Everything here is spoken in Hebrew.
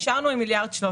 נשארנו עם 1.3